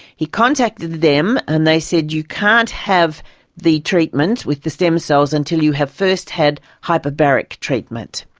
he contacted them and they said you can't have the treatment with the stem cells until you have first had hyperbaric treatment.